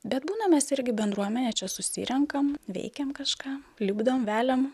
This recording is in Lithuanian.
bet būna mes irgi bendruomenė čia susirenkam veikiam kažką lipdom veliam